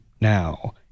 now